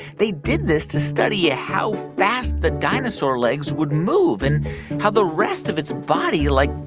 they did this to study ah how fast the dinosaur legs would move and how the rest of its body like,